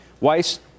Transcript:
Weiss